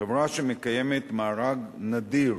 חברה שמקיימת מארג נדיר